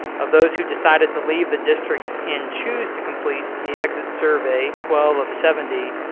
of those who decided to leave the district and choose to complete the exit survey twelve of seventy,